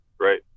Right